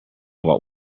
what